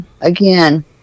again